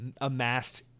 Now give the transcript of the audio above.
amassed